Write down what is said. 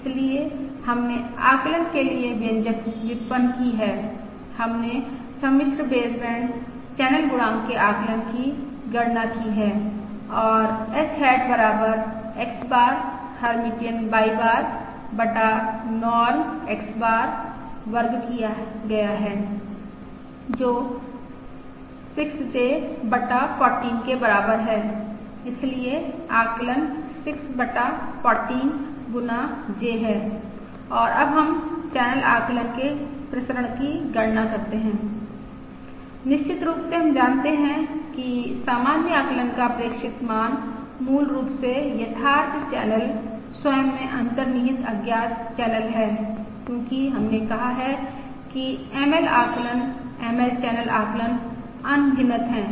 इसलिए हमने आकलन के लिए व्यंजक व्युत्पन्न की है हमने सम्मिश्र बेसबैंड चैनल गुणांक के आकलन की गणना की है और H हैट बराबर X बार हर्मिटियन Y बार बटा नॉर्म X बार वर्ग किया गया है जो 6 j बटा 14 के बराबर है इसलिए आकलन 6 बटा 14 गुना j है और अब हम चैनल आकलन के प्रसरण की गणना करते हैं निश्चित रूप से हम जानते हैं कि सामान्य आकलन का प्रेक्षित मान मूल रूप से यथार्थ चैनल स्वयं में अंतर्निहित अज्ञात चैनल है क्योंकि हमने कहा है कि ML आकलन ML चैनल आकलन अनभिनत है